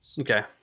Okay